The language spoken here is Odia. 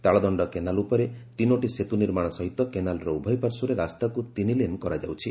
ତାଳଦଣ୍ତା କେନାଲ୍ ଉପରେ ତିନୋଟି ସେତୁ ନିର୍ମାଣ ସହିତ କେନାଲ୍ର ଉଭୟ ପାର୍ଶ୍ୱରେ ରାସ୍ତାକୁ ତିନିଲେନ୍ କରାଯାଉଛି